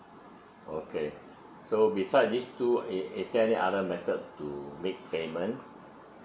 okay so beside these two is is there any other method to make payment